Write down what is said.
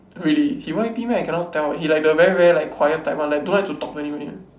really he Y_P meh I cannot tell he like the very very like quiet type one leh don't like to talk to anybody one